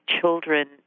children